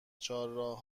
چهارراه